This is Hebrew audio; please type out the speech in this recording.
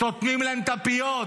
סותמים להם את הפיות.